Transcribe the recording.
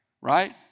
Right